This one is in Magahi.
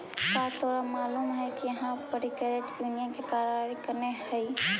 का तोरा मालूम है कि इहाँ पड़ी क्रेडिट यूनियन के कार्यालय कने हई?